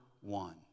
one